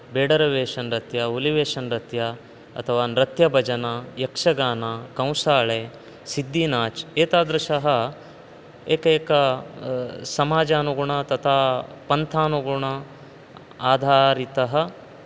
बेडरवेशनृत्यं ओलिवेशनृत्यम् अथवा नृत्यभजनं यक्षगानं कंसाळे सिद्धिनाच् एतादृशः एकैकं समाजनुगुणः तथा पन्थानुगुणः आधारितः